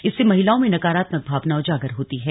इससे महिलाओं में नकरात्मक भावना उजागर होती है